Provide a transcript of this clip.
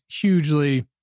hugely